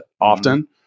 often